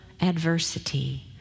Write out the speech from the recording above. adversity